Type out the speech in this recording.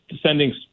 sending